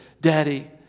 Daddy